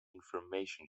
information